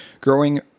Growing